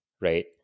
right